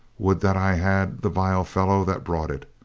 would that i had the vile fellow that brought it.